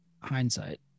hindsight